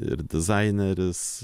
ir dizaineris